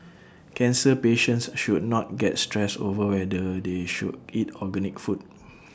cancer patients should not get stressed over whether they should eat organic food